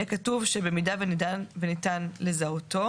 יהיה כתוב: "במידה וניתן לזהותו